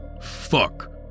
Fuck